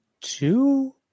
two